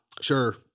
Sure